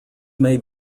may